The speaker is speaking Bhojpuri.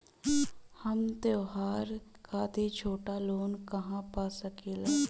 हम त्योहार खातिर छोटा लोन कहा पा सकिला?